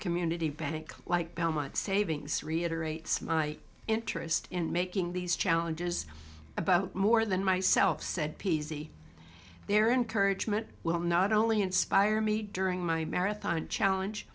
community bank like belmont savings reiterate some interest in making these challenges about more than myself said p c their encouragement will not only inspire me during my marathon challenge